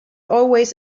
always